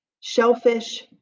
shellfish